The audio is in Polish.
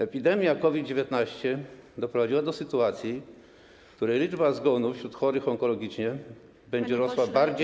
Epidemia COVID-19 doprowadziła do sytuacji, w której liczba zgonów wśród chorych onkologicznie będzie rosła bardziej.